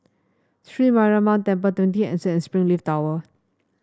Sri Mariamman Temple Twenty Anson and Springleaf Tower